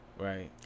Right